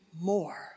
more